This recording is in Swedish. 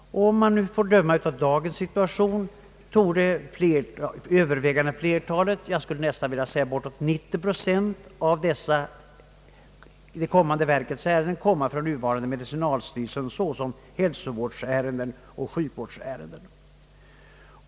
Att döma av dagens situation torde övervägande flertalet — bortåt 90 procent av dessa — komma från nuvarande medicinalstyrelsen såsom hälsovårdsärenden och sjukvårdsärenden.